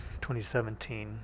2017